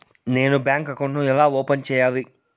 నేను bank account ను ఎలా ఓపెన్ సేయాలి?